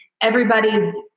everybody's